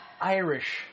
Irish